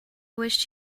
wished